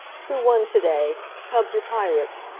who won to-day cubs or pirates?